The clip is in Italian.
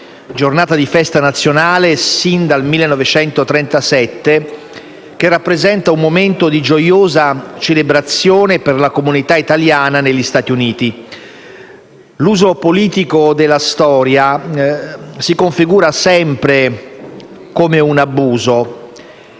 giornata di festa nazionale sin dal 1937, che rappresenta un momento di gioiosa celebrazione per la comunità italiana negli Stati Uniti. L'uso politico della storia si configura sempre come un abuso